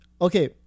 okay